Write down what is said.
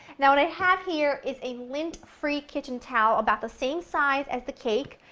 now, what i have here is a lint free kitchen towel, about the same size as the cake,